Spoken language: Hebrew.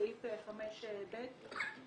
סעיף 5(ב)